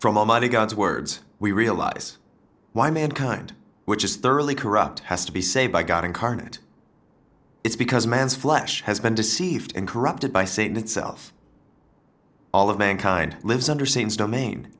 god's words we realize why mankind which is thoroughly corrupt has to be saved by god incarnate it's because man's flesh has been deceived and corrupted by sin itself all of mankind lives under scenes domain